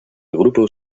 grupo